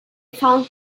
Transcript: found